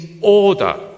order